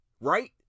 right